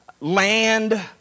land